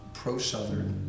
pro-Southern